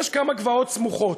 יש כמה גבעות סמוכות.